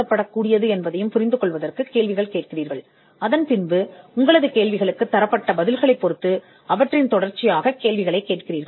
பின்னர் நீங்கள் பின்தொடர்தல் கேள்விகளைக் கொண்டுள்ளீர்கள் முந்தைய கேள்விகளில் இருந்து நீங்கள் பெற்ற பதிலின் அடிப்படையில்